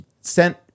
sent